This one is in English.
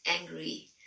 angry